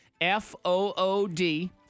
F-O-O-D